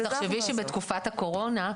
תחשבי שבתקופת הקורונה,